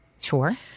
Sure